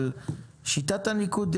שיטת הניקוד,